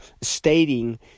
stating